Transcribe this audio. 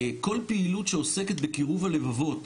כל פעילות שעוסקת בקירוב הלבבות.